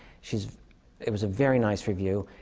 she's it was a very nice review.